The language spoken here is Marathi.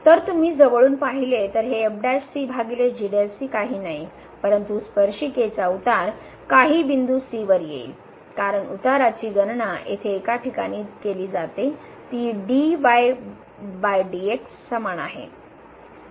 जर तुम्ही जवळून पाहिले तर हेकाहीही नाही परंतु स्पर्शिकेचा उतार काही बिंदू c वर येईल कारण उताराची गणना येथे एका ठिकाणी केली जाते ती समान आहे